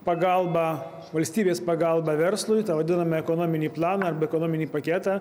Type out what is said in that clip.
pagalbą valstybės pagalbą verslui tą vadinamą ekonominį planą arba ekonominį paketą